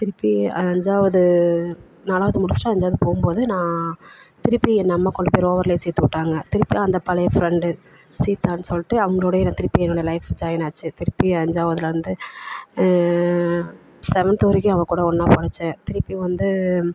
திருப்பி அஞ்சாவது நாலாவது முடிச்சுட்டு அஞ்சாவது போகும்போது நான் திருப்பி என்னை அம்மா கொண்டு போய் ரோவர்லேயே சேர்த்து விட்டாங்க திருப்பி அந்த பழைய ஃப்ரெண்டு சீதான்னு சொல்லிட்டு அவங்களோடயே நான் திருப்பி என்னோடய லைஃப் ஜாயின் ஆச்சு திருப்பி அஞ்சாவதுலேருந்து செவன்த் வரைக்கும் அவள் கூட ஒன்னாக படித்தேன் திருப்பி வந்து